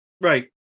right